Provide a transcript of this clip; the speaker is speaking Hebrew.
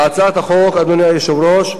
להצעת החוק, אדוני היושב-ראש,